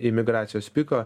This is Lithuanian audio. imigracijos piko